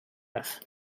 beth